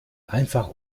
einfach